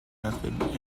method